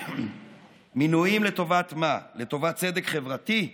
לטובת צדק חברתי,